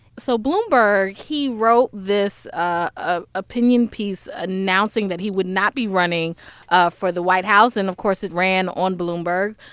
so bloomberg he wrote this ah opinion piece announcing that he would not be running ah for the white house. and, of course, it ran on bloomberg.